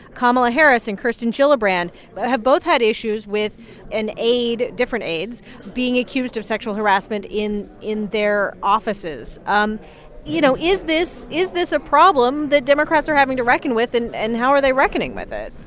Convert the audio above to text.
kamala harris and kirsten gillibrand have both had issues with an aide different aides being accused of sexual harassment in in their offices. um you know, is this is this a problem the democrats are having to reckon with, and and how are they reckoning with it?